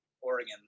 oregon